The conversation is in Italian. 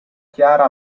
chiara